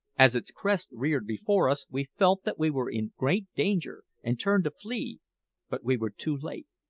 as its crest reared before us we felt that we were in great danger, and turned to flee but we were too late.